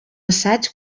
assaig